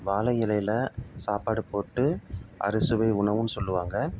வாழை இலையில் சாப்பாடு போட்டு அறுசுவை உணவுன்னு சொல்லுவாங்க